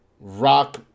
Rock